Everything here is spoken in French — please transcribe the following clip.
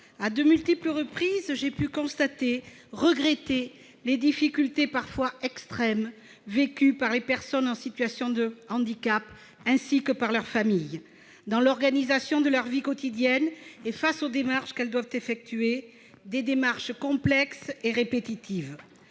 À de multiples reprises, j'ai pu constater et regretter les difficultés parfois extrêmes vécues par les personnes en situation de handicap ainsi que par leurs familles dans l'organisation de leur vie quotidienne, face notamment aux démarches qu'elles doivent effectuer, qui sont complexes et répétitives.